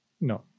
no